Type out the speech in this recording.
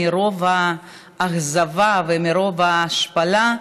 מרוב האכזבה ומרוב ההשפלה,